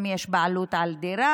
אם יש בעלות על דירה,